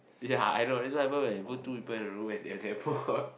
ya I know this is what happen when you put two people in a room and they are damn hot